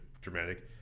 dramatic